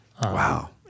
Wow